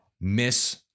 miss